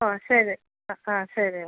ഓ ശരി ആ ആ ശരി എന്നാൽ